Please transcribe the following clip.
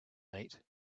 night